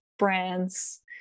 brands